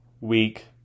week